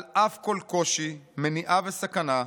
על אף כל קושי, מניעה וסכנה,